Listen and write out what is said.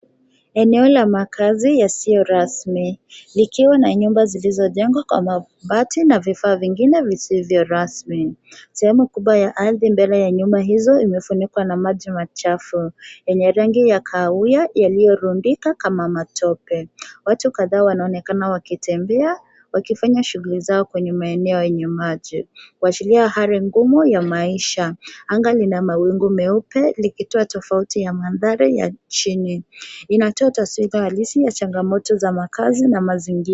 Eneo la makazi yasiyorasmi likiwa na nyumba zilizojengwa kwa mabati na vifaa vingine visivyorasmi. Sehemu kubwa ya ardhi mbele ya nyumba hizo imefunikwa na maji machafu yenye rangi ya kahawia yaliyorundika kama matope. Watu kadhaa wanaonekana wakitembea wakifanya shughuli zao kwenye maeneo yenye maji kuashiria hali ngumu ya maisha. Anga lina mawingu meupe likitoa tofauti ya mandhari ya chini. Inatoa taswira halisi ya changamoto za makazi na mazingi...